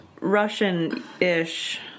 Russian-ish